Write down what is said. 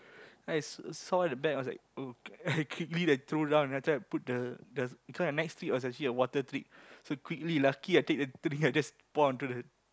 then I s~ saw the back I was like okay I quickly like throw down then I put the the so my next trick was actually a water trick so quickly lucky I take the drink I just pour onto the